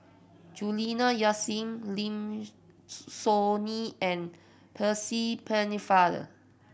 Juliana Yasin Lim Soo Ngee and Percy Pennefather